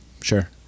sure